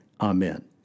amen